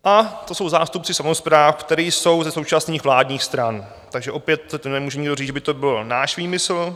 A to jsou zástupci samospráv, kteří jsou ze současných vládních stran, takže opět nemůže nikdo říct, že by to byl náš výmysl.